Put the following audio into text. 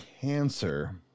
Cancer